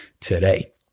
today